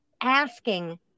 asking